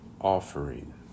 offering